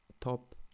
Top